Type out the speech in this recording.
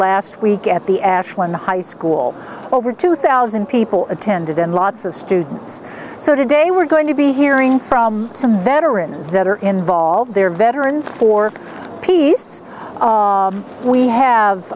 last week at the ashland high school over two thousand people attended and lots of students so today we're going to be hearing from some veterans that are involved there veterans for peace we have